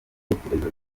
ibitekerezo